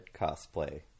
cosplay